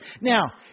Now